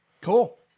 Cool